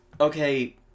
Okay